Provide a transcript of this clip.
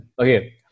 okay